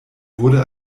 wurde